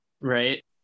right